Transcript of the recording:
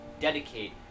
dedicate